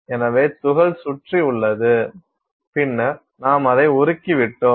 எனவே துகள் சுற்றி உள்ளது பின்னர் நாம் அதை உருக்கி விட்டோம்